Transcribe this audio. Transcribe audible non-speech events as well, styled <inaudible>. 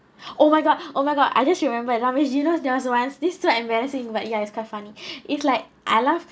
oh my god oh my god I just remember I laugh this you know there was once this so embarrassing but ya it's quite funny <breath> it's like I laugh